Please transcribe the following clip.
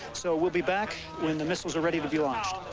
so we'll be back when the missiles are ready to be launched.